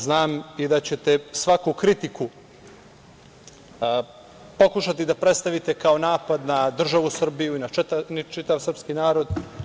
Znam i da ćete svaku kritiku pokušati da predstavite kao napad na državu Srbiju i na čitav srpski narod.